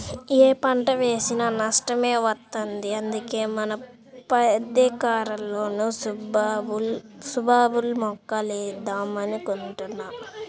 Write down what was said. యే పంట వేసినా నష్టమే వత్తంది, అందుకే మన పదెకరాల్లోనూ సుబాబుల్ మొక్కలేద్దాం అనుకుంటున్నా